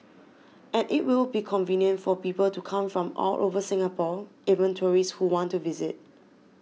and it will be convenient for people to come from all over Singapore even tourists who want to visit